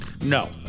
No